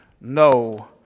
no